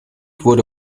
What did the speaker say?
wurde